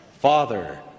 Father